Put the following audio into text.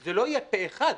זה לא יהיה פה אחד.